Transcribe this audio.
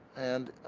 and ah,